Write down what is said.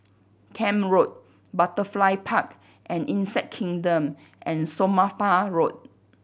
Camp Road Butterfly Park and Insect Kingdom and Somapah Road